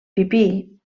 pipí